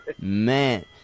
Man